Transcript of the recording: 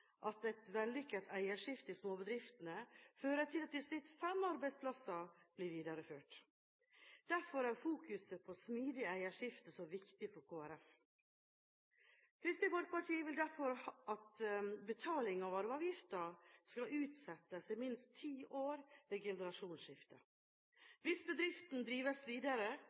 at et vellykket eierskifte i småbedriftene fører til at i snitt fem arbeidsplasser blir videreført. Derfor er fokuset på smidig eierskifte så viktig for Kristelig Folkeparti. Kristelig Folkeparti vil derfor at betaling av arveavgiften skal utsettes i minst ti år ved generasjonsskifte. Hvis bedriften drives videre,